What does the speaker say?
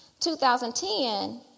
2010